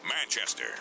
Manchester